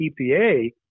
EPA